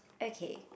okay